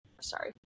sorry